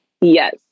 Yes